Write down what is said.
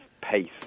pace